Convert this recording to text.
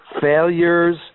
failures